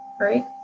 right